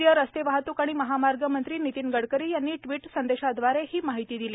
केंद्रीय रस्ते वाहतूक आणि महामार्ग मंत्री नितीन गडकरी यांनी ट्विट संदेशाद्वारे ही माहिती दिली